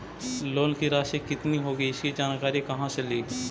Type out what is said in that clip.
Loan की रासि कितनी होगी इसकी जानकारी कहा से ली?